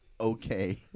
okay